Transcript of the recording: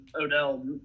Odell